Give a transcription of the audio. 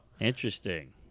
Interesting